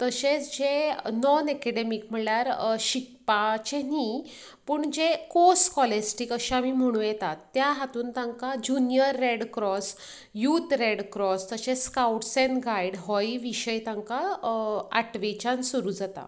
तशेंच जे non academic म्हणल्यार शिकपाचे न्ही पूण जे कॉस्कोलॅस्टीक अशें म्हणू येतात ह्या हातूंत तांकां junior red cross youth red cross तशेंच स्काउट्स एन्ड गायड्स होयी विशय तांकां आठवेंच्यान सुरू जाता